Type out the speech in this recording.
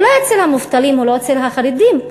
לא אצל המובטלים ולא אצל החרדים.